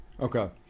Okay